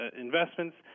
investments